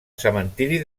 cementiri